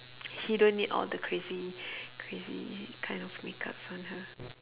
she don't need all the crazy crazy kind of makeups on her